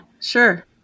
sure